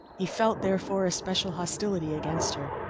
he felt, therefore, a special hostility against her,